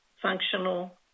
functional